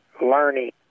learning